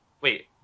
Wait